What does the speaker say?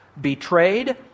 betrayed